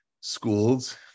schools